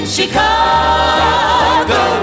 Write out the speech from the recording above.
Chicago